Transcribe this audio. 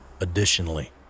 Additionally